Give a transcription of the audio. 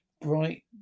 bright